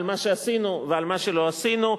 על מה שעשינו ועל מה שלא עשינו,